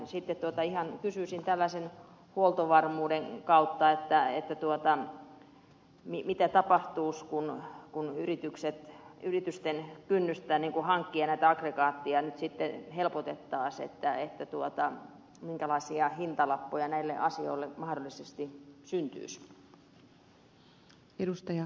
sitten ihan kysyisin tällaisen huoltovarmuuden kautta että mitä tapahtuisi jos yritysten kynnystä hankkia näitä aggregaattia sitten helpotettaisiin minkälaisia hintalappuja näille asioille mahdollisesti syntyisi